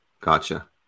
Gotcha